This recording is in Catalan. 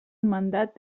mandat